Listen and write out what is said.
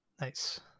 Nice